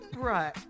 Right